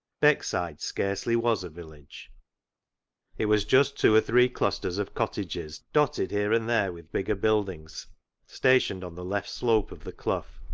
beckside scarcely was a village it was just two or three clusters of cottages, dotted here and there with bigger buildings stationed on the left slope of the clough,